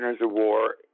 war